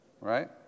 right